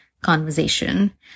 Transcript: conversation